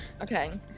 Okay